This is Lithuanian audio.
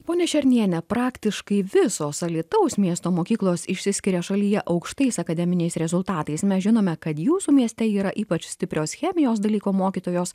pone šerniene praktiškai visos alytaus miesto mokyklos išsiskiria šalyje aukštais akademiniais rezultatais mes žinome kad jūsų mieste yra ypač stiprios chemijos dalyko mokytojos